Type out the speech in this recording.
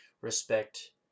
respect